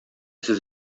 сез